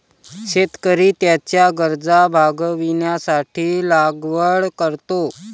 शेतकरी त्याच्या गरजा भागविण्यासाठी लागवड करतो